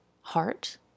heart